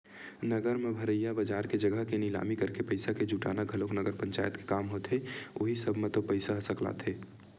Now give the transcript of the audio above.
नगर म भरइया बजार के जघा के निलामी करके पइसा के जुटाना घलोक नगर पंचायत के काम होथे उहीं सब म तो पइसा ह सकलाथे